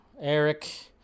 Eric